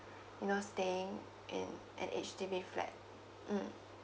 you know staying in an H_D_B flat mm